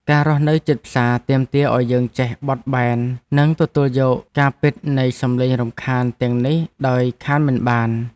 ការរស់នៅជិតផ្សារទាមទារឱ្យយើងចេះបត់បែននិងទទួលយកការពិតនៃសំឡេងរំខានទាំងនេះដោយខានមិនបាន។